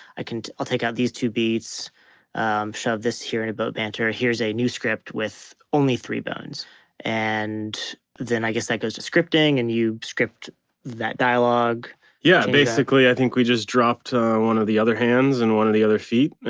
i can i'll take out these two beats shove this here in about banter. here's a new script with only three bones and the i guess that goes to scripting and you script that dialogue yeah, basically, i think we just dropped one of the other hands and one of the other feet and